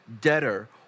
debtor